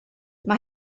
mae